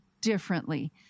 differently